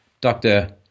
Dr